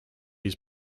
his